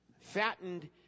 Fattened